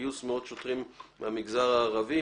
גיוס מאות שוטרים מהמגזר הערבי,